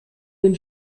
den